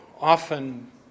often